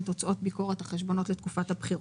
תוצאות ביקורת החשבונות לתקופת הבחירות.